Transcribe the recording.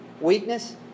weakness